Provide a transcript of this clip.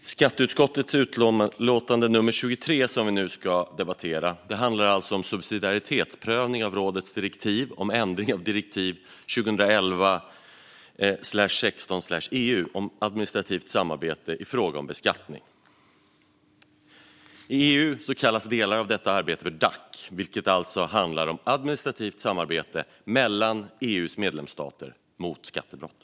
Herr talman! Skatteutskottets utlåtande nummer 23 som vi nu ska debattera handlar om subsidiaritetsprövning av rådets direktiv om ändring av direktiv 2011 EU om administrativt samarbete i fråga om beskattning. I EU kallas delar av detta arbete för DAC, och det handlar om administrativt samarbete mellan EU:s medlemsstater mot skattebrott.